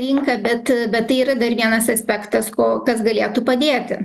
rinką bet bet tai yra dar vienas aspektas ko kas galėtų padėti